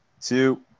two